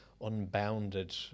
unbounded